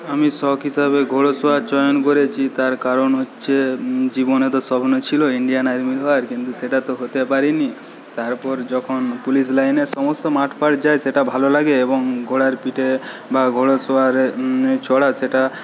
আমি সখ হিসাবে ঘোড়সওয়ার জয়েন করেছি তার কারণ হচ্ছে জীবনে তো স্বপ্ন ছিলো ইন্ডিয়ান আর্মি হওয়ার কিন্তু সেটা তো হতে পারিনি তারপর যখন পুলিশ লাইনে সমস্ত মাঠ পাড় যায় সেটা ভালো লাগে এবং ঘোড়ার পিঠে বা ঘোড়াসওয়ারে চড়া সেটা